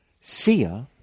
Sia